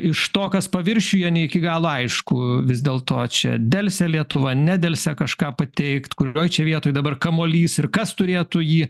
iš to kas paviršiuje ne iki galo aišku vis dėl to čia delsia lietuva nedelsia kažką pateikt kurioj čia vietoj dabar kamuolys ir kas turėtų jį